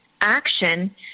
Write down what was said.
action